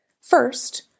First